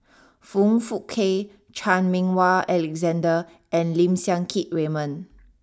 Foong Fook Kay Chan Meng Wah Alexander and Lim Siang Keat Raymond